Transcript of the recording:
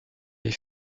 les